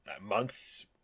months